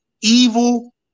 evil